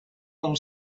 del